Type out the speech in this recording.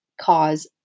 cause